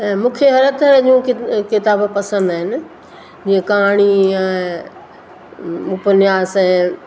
मूंखे हर तरह जो किताब पसंदि आहिनि जीअं कहाणी आहे उपन्यास आहे